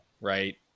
right